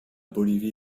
bolivie